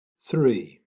three